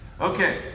Okay